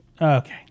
Okay